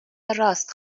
راست